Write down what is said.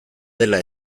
dela